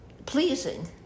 pleasing